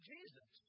Jesus